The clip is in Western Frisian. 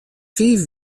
fiif